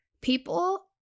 People